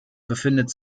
befindet